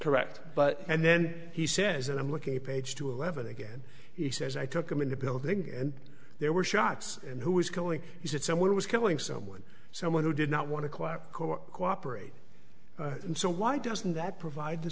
correct but and then he says i'm looking at page two eleven again he says i took him in the building and there were shots and who was going he said someone was killing someone someone who did not want to cooperate and so why doesn't that provide